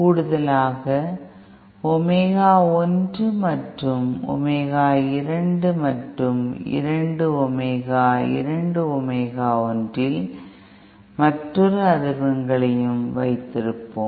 கூடுதலாக omega 1 omega 2 மற்றும் 2 omega 2 omega ஒன்றில் மற்றொரு அதிர்வெண்களையும் வைத்திருப்போம்